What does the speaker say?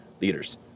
leaders